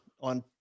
on